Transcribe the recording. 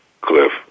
Cliff